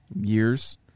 years